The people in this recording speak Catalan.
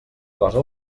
cosa